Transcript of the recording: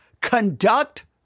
conduct